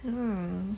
err